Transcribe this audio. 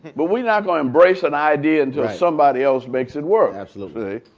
but we not going to embrace an idea until somebody else makes it work. absolutely.